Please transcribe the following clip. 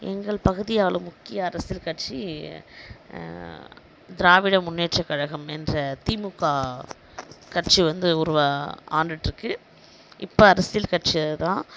எங்கள் பகுதி ஆளும் முக்கிய அரசியல் கட்சி திராவிட முன்னேற்ற கழகம் என்ற திமுக கட்சி வந்து உருவா ஆண்டுகிட்டு இருக்குது இப்போது அரசியல் கட்சி அதுதான்